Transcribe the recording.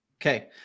Okay